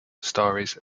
stories